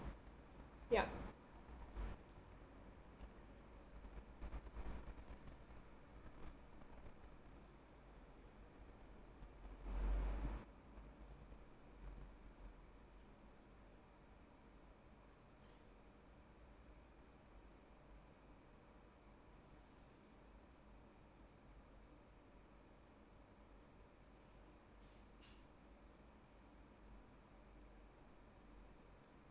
yup